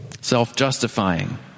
self-justifying